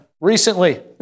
Recently